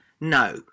No